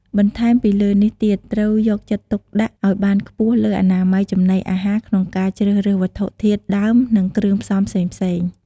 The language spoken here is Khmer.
បន្ថែមពីលើនេះទៀតត្រូវយកចិត្តទុកដាក់អោយបានខ្ពស់លើអនាម័យចំណីអាហារក្នុងការជ្រើសរើសវត្ថុធាតុដើមនិងគ្រឿងផ្សំផ្សេងៗ។